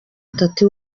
atatu